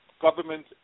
government